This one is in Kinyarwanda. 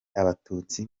abatutsi